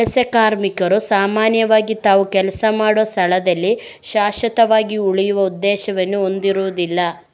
ವಲಸೆ ಕಾರ್ಮಿಕರು ಸಾಮಾನ್ಯವಾಗಿ ತಾವು ಕೆಲಸ ಮಾಡುವ ಸ್ಥಳದಲ್ಲಿ ಶಾಶ್ವತವಾಗಿ ಉಳಿಯುವ ಉದ್ದೇಶವನ್ನು ಹೊಂದಿರುದಿಲ್ಲ